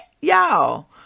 y'all